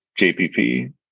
JPP